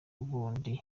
bundi